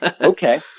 Okay